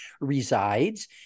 resides